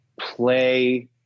play